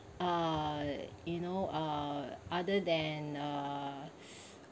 uh you know uh other than uh